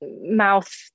mouth